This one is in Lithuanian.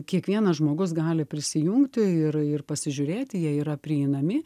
kiekvienas žmogus gali prisijungti ir ir pasižiūrėti jie yra prieinami